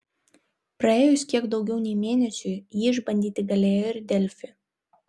praėjus kiek daugiau nei mėnesiui jį išbandyti galėjo ir delfi